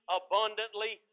abundantly